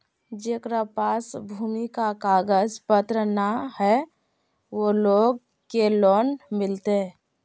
जेकरा पास भूमि का कागज पत्र न है वो लोग के लोन मिलते?